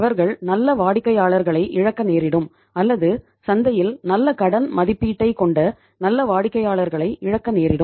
அவர்கள் நல்ல வாடிக்கையாளர்களை இழக்க நேரிடும் அல்லது சந்தையில் நல்ல கடன் மதிப்பீட்டைக் கொண்ட நல்ல வாடிக்கையாளர்களைக் இழக்க நேரிடும்